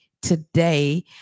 Today